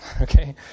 Okay